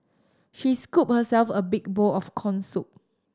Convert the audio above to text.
she scooped herself a big bowl of corn soup